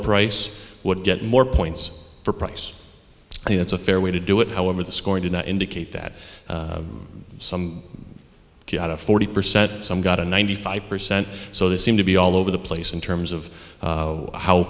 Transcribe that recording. price would get more points for price and that's a fair way to do it however the scoring to indicate that some got a forty percent some got a ninety five percent so they seem to be all over the place in terms of